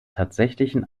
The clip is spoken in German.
tatsächlichen